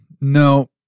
No